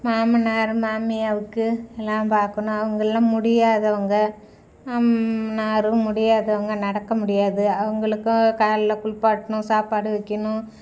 மாமனார் மாமியாருக்கு எல்லாம் பார்க்கணும் அவங்கள்லாம் முடியாதவங்க மாமனாரும் முடியாதவங்க நடக்க முடியாது அவங்களுக்கும் காலைல குளிப்பாட்டணும் சாப்பாடு வைக்கணும்